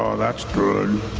ah that's good.